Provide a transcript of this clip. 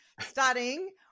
starting